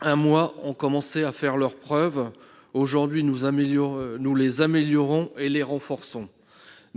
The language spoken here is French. un mois ont commencé à faire leurs preuves. Aujourd'hui, nous les améliorons et nous les renforçons.